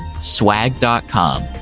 swag.com